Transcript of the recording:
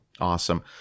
awesome